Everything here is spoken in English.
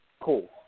Cool